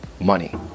money